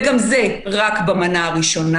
וגם זה רק במנה הראשונה.